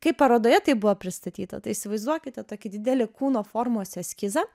kaip parodoje tai buvo pristatyta tai įsivaizduokite tokį didelį kūno formos eskizą